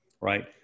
right